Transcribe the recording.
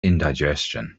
indigestion